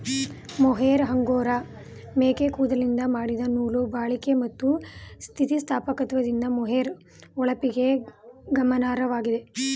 mohair angora ಮೇಕೆ ಕೂದಲಿಂದ ಮಾಡಿದ ನೂಲು ಬಾಳಿಕೆ ಮತ್ತು ಸ್ಥಿತಿಸ್ಥಾಪಕದಿಂದ ಮೊಹೇರ್ ಹೊಳಪಿಗೆ ಗಮನಾರ್ಹವಾಗಿದೆ